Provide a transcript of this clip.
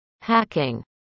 hacking